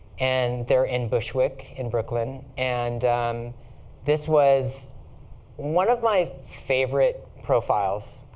and they're in bushwick, in brooklyn. and this was one of my favorite profiles.